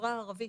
לחברה הערבית.